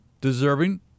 deserving